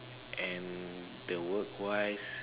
and the work wise